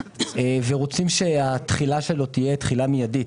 ורוצים שהתחילה שלו תהיה תחילה מיידית,